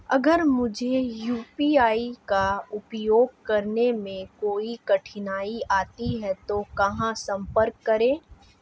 अगर मुझे यू.पी.आई का उपयोग करने में कोई कठिनाई आती है तो कहां संपर्क करें?